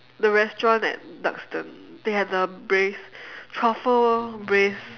the restaurant at Duxton they have the braised truffle braised